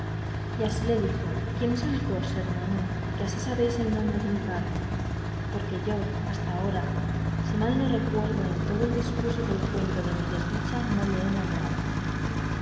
y así le dijo y quién sois vos hermano que así sabéis el nombre de mi padre porque yo hasta ahora si mal no me acuerdo en todo el discurso del cuento de mi desdicha no le he nombrado